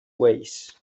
ways